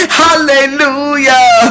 hallelujah